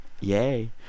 Yay